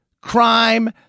Crime